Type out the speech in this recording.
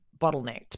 bottlenecked